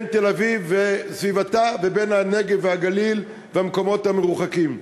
ההבדל בין תל-אביב וסביבתה ובין הנגב והגליל והמקומות המרוחקים.